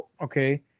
Okay